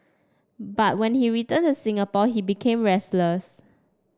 but when he returned to Singapore he became restless